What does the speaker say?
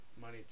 money